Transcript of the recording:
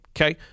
Okay